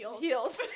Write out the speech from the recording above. Heels